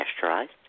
pasteurized